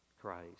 Christ